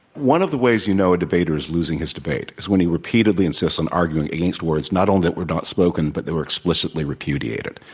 one of the ways you know a debater is losing his debate is when he repeatedly insists on arguing against words not only that were not spoken but that were explicitly repudiated.